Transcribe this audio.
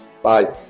Bye